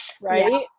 right